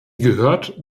gehört